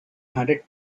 hundred